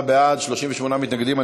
28 בעד, 38 מתנגדים.